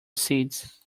seeds